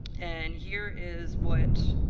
and here is what